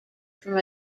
from